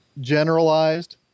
generalized